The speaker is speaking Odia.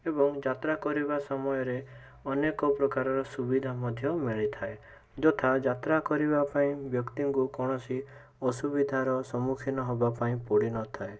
ଏବଂ ଯାତ୍ରା କରିବା ସମୟରେ ଅନେକ ପ୍ରକାରର ସୁବିଧା ମଧ୍ୟ ମିଳିଥାଏ ଯଥା ଯାତ୍ରା କରିବା ପାଇଁ ବ୍ୟକ୍ତିଙ୍କୁ କୌଣସି ଅସୁବିଧାର ସମ୍ମୁଖୀନ ହେବା ପାଇଁ ପଡ଼ିନଥାଏ